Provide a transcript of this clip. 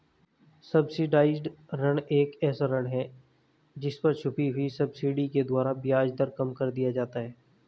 subsidised ऋण एक ऐसा ऋण है जिस पर छुपी हुई सब्सिडी के द्वारा ब्याज दर कम कर दिया जाता है